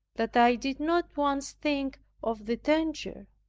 that i did not once think of the danger.